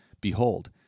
behold